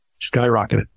skyrocketed